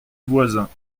voisins